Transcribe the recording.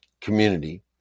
Community